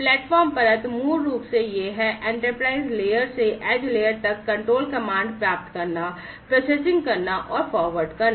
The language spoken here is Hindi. प्लेटफॉर्म परत मूल रूप से यह है एंटरप्राइज लेयर से एज लेयर तक कंट्रोल कमांड प्राप्त करना प्रोसेसिंग करना और फॉरवर्ड करना